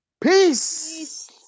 peace